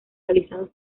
realizados